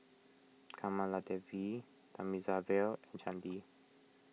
Kamaladevi Thamizhavel and Chandi